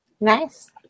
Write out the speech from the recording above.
Nice